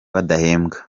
badahembwa